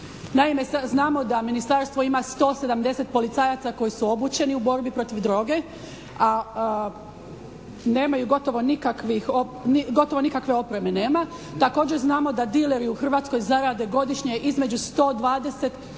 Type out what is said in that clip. Naime, znamo da Ministarstvo ima 170 policajaca koji su obučeni u borbi protiv droge, a nemaju gotovo nikakve opreme nema. Također znamo da dileri u Hrvatskoj zarade godišnje između 120 do